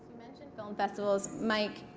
mentioned film festivals. mike,